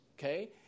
okay